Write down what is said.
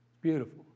Beautiful